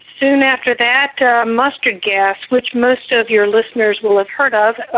soon after that, mustard gas, which most of your listeners will have heard of,